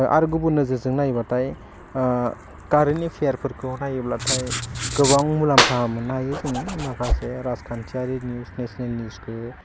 आर गुबुन नोजोरजों नायबाथाइ कारेन्ट एफेयार फोरखौ नायोब्लाथाय गोबां मुलाम्फा मोननो हायो जोङो माखासे राजखान्थियारि निउस नेसनेल निउस खौ